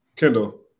Kendall